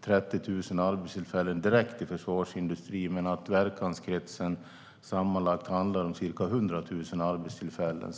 30 000 arbetstillfällen direkt i försvarsindustrin och i verkanskretsen sammanlagt om ca 100 000 arbetstillfällen.